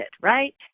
right